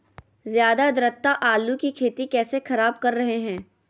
ज्यादा आद्रता आलू की खेती कैसे खराब कर रहे हैं?